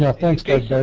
ah thanks doug.